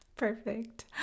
Perfect